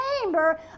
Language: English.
chamber